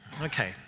Okay